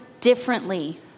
differently